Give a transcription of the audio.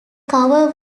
cover